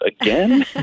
again